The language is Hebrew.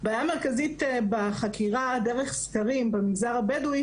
הבעיה המרכזית בחקירה דרך סקרים במגזר הבדואי,